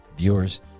viewers